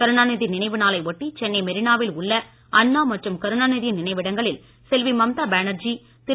கருணாநிதி நினைவு நாளை ஒட்டி சென்னை மெரினாவில் உள்ள அண்ணா மற்றும் கருணாநிதியின் நினைவிடங்களில் செல்வி ம்ம்தா பேனர்ஜி திரு